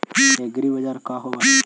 एग्रीबाजार का होव हइ?